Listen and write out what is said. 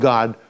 God